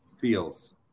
feels